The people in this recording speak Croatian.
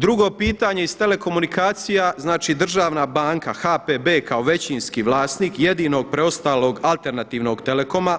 Drugo pitanje iz telekomunikacija znači državna banka HPB kao većinski vlasnik jedinog preostalog alternativnog telekoma